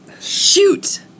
Shoot